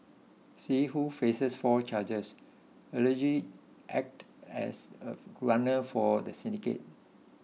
see who faces four charges allegedly acted as a runner for the syndicate